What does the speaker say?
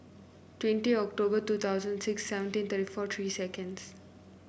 twenty October two thousand and six seventeen thirty four seconds